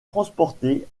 transporté